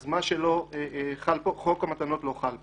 אז מה שלא חל פה, חוק המתנות לא חל פה.